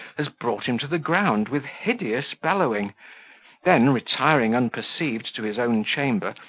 as brought him to the ground with hideous bellowing then, retiring unperceived to his own chamber,